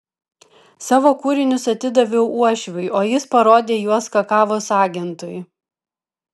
savo kūrinius atidaviau uošviui o jis parodė juos kakavos agentui